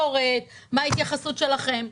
קוראת מה ההתייחסות שלכם.